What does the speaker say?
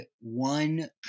one